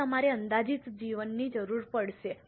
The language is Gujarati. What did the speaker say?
તેથી તમારે અંદાજિત જીવનની જરૂર પડશે